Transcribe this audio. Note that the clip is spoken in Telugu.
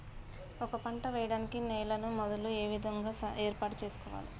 ఒక పంట వెయ్యడానికి నేలను మొదలు ఏ విధంగా ఏర్పాటు చేసుకోవాలి?